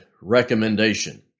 recommendation